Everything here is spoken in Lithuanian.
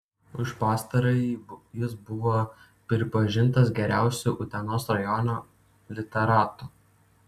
už pastarąjį jis buvo pripažintas geriausiu utenos rajono literatu